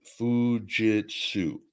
Fujitsu